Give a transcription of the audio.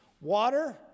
water